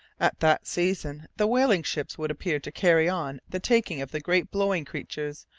at that season the whaling ships would appear to carry on the taking of the great blowing creatures,